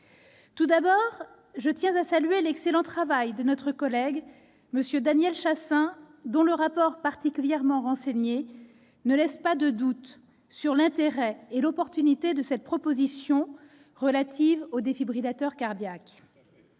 Tout d'abord, je tiens à saluer l'excellent travail de notre collègue Daniel Chasseing, dont le rapport particulièrement renseigné ne laisse pas de doute sur l'intérêt et l'opportunité de cette proposition de loi relative au défibrillateur cardiaque.